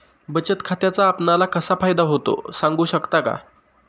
बचत खात्याचा आपणाला कसा फायदा होतो? सांगू शकता का?